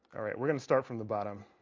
all right we're gonna start from the bottom